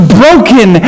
broken